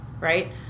right